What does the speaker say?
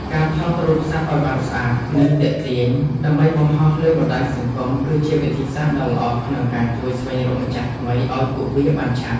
ការថតរូបសត្វឱ្យបានស្អាត និងទាក់ទាញ ដើម្បីបង្ហោះលើបណ្ដាញសង្គម គឺជាវិធីសាស្ត្រដ៏ល្អក្នុងការជួយស្វែងរកម្ចាស់ថ្មីឱ្យពួកវាបានឆាប់។